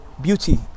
beauty